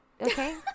Okay